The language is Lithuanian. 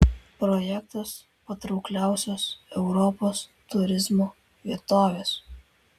projektas patraukliausios europos turizmo vietovės